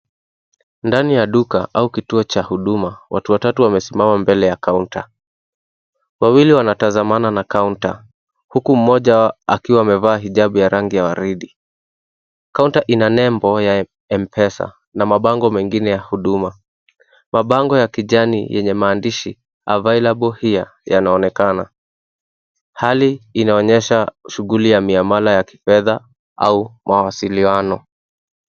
Ndani ya duka au kituo cha huduma watu watatu wamesimama mbele ya counter , wawiwili wanatazamana na counter mmoja akiwa amevaa hijab ya rangi ya waridi, counter ina nembo ya M-pesa na huduma, mabango ya kijani yenye maandishi available here yanaonekana, hali inaonyesha shughuli ya kiamala ya kifedha au mawasiliano.